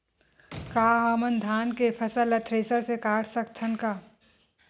का हमन धान के फसल ला थ्रेसर से काट सकथन का?